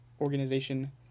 organization